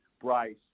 Bryce